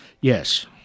yes